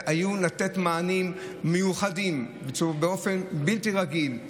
נתן מענים מיוחדים באופן בלתי רגיל,